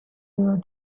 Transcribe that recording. your